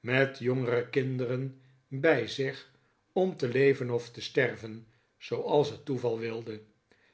met jongere kinderen bij zich om te leven of te sterven zooals het toeval wilde